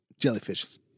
Jellyfishes